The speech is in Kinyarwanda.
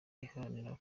iharanira